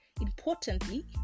Importantly